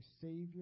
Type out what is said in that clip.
Savior